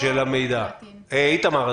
איתמר,